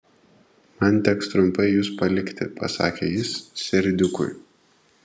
man teks trumpai jus palikti pasakė jis serdiukui